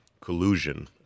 collusion